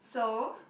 so